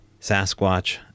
Sasquatch